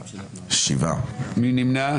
מי נמנע?